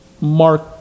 Mark